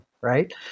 right